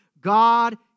God